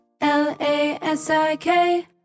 L-A-S-I-K